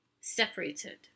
separated